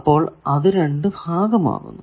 അപ്പോൾ അത് രണ്ടു ഭാഗമാകുന്നു